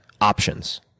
options